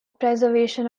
preservation